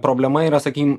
problema yra sakykim